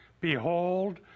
Behold